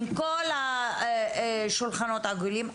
עם כל השולחנות העגולים,